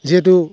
যিহেতু